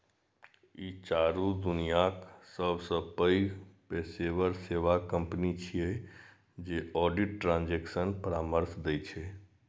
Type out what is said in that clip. ई चारू दुनियाक सबसं पैघ पेशेवर सेवा कंपनी छियै जे ऑडिट, ट्रांजेक्शन परामर्श दै छै